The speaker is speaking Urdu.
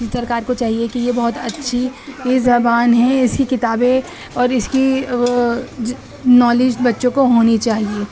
سرکار کو چاہیے کہ یہ بہت اچھی زبان ہے اس کی کتابیں اور اس کی وہ نالج بچوں کو ہونی چاہیے